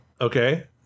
Okay